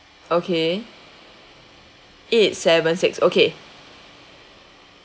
okay eight seven six okay